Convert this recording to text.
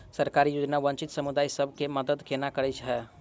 सरकारी योजना वंचित समुदाय सब केँ मदद केना करे है?